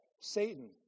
Satan